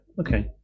okay